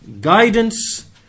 guidance